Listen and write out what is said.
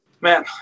Man